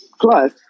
Plus